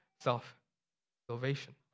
Self-salvation